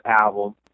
album